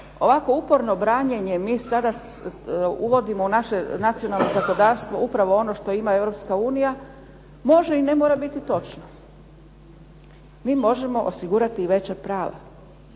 ovako uporno branjenje mi sada uvodimo u naše nacionalno zakonodavstvo upravo ono što ima Europska unija, može i ne mora biti točno. Mi možemo osigurati i veća prava.